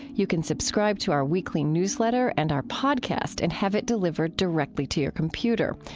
you can subscribe to our weekly newsletter and our podcast and have it delivered directly to your computer,